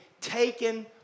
taken